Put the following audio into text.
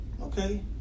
okay